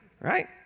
right